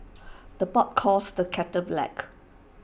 the pot calls the kettle black